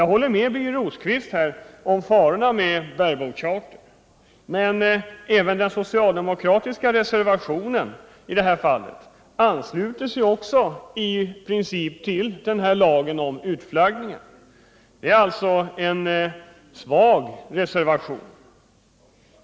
Jag håller med Birger Rosq vist om vad han sade om farorna med bare-boat charter. Men den socialdemokratiska reservationen ansluter sig i princip till lagen om utflaggningen. Det är alltså en svag reservation.